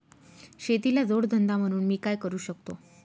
शेतीला जोड धंदा म्हणून मी काय करु शकतो?